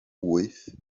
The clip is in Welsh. wyth